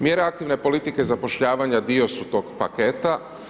Mjere aktivne politike zapošljavanja dio su tog paketa.